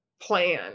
plan